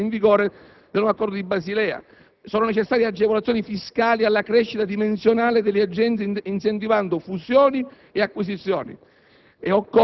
dell'entrata in vigore del nuovo accordo di Basilea. Sono necessarie agevolazioni fiscali alla crescita dimensionale delle aziende, mediante incentivi a fusioni ed acquisizioni.